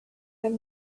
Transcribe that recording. have